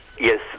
Yes